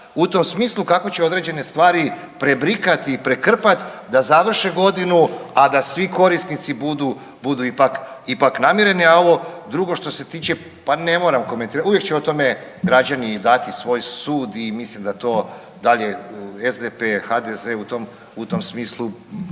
u tom smislu kako će određene stvari prebrikati i prekrpati da završe godinu, a da svi korisnici budu ipak namireni. A ovo drugo što se tiče, pa ne moram komentirati, uvijek će o tome građani dati svoj sud i mislim da to dalje SDP, HDZ, u tom smislu